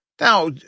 Now